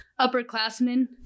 upperclassmen